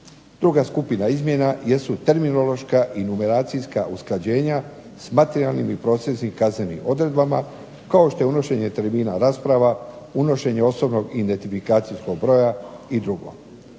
Druga skupina izmjena jesu terminološka i numeracijska usklađenja s materijalnim ili procesnim kaznenim odredbama kao što je unošenje termina rasprava, unošenje osobnog i identifikacijskog broja i drugo.